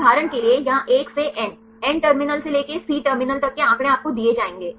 उदाहरण के लिए यहां 1 से n एन टर्मिनल से लेकर सी टर्मिनल तक के आंकड़े आपको दिए जाएंगे